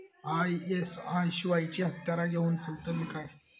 ISI शिवायची हत्यारा घेऊन चलतीत काय?